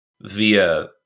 via